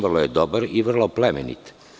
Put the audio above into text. Vrlo je dobar i vrlo je plemenit.